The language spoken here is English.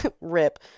rip